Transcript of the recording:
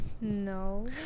No